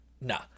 Nah